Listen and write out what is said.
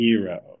hero